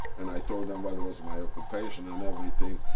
and i told them what was my occupation and everything.